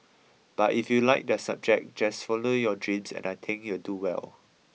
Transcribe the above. but if you like the subject just follow your dreams and I think you'll do well